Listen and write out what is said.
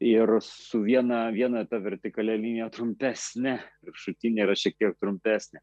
ir su viena viena ta vertikalia linija trumpesne viršutinė yra šiek tiek trumpesnė